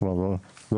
כבר לא זוכר,